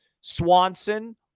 Swanson